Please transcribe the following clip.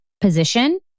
position